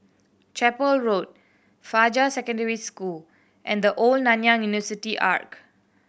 Chapel Road Fajar Secondary School and The Old Nanyang University